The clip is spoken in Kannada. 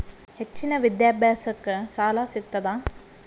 ಹೆಚ್ಚಿನ ವಿದ್ಯಾಭ್ಯಾಸಕ್ಕ ಸಾಲಾ ಸಿಗ್ತದಾ?